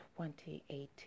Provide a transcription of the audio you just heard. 2018